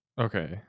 okay